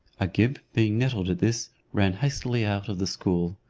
agib being nettled at this, ran hastily out of the school.